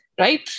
Right